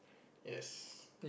yes